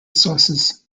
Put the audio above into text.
sources